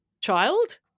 child